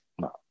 no